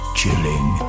chilling